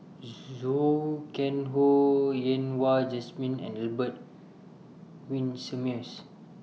Zhou Can Ho Yen Wah Jesmine and Albert Winsemius